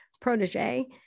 protege